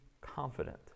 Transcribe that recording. confident